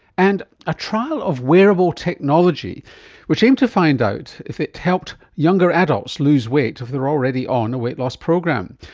and a trial of wearable technology which aimed to find out if it helped younger adults lose weight if they were already on a weight loss program.